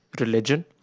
religion